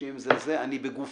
שאם זה זה אז אני בגופי